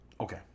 Okay